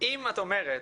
אם את אומרת